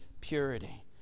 purity